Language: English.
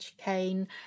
cane